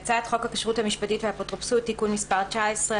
"הצעת חוק הכשרות המשפטית והאפוטרופסות (תיקון מס' 19),